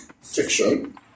fiction